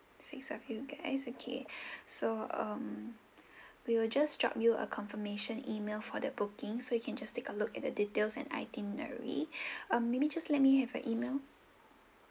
six of you guys okay so um we will just drop you a confirmation email for the booking so you can just take a look at the details and itinerary um maybe just let me have your email